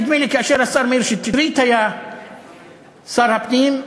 נדמה לי כאשר חבר הכנסת שטרית היה שר הפנים,